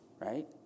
right